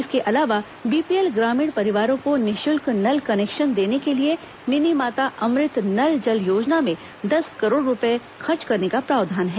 इसके अलावा बीपीएल ग्रामीण परिवारों को निःशुल्क नल कनेक्शन देने के लिए मिनीमाता अमृत नल जल योजना में दस करोड़ रूपये खर्च करने का प्रावधान है